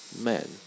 men